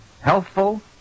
Healthful